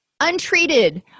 Untreated